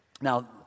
Now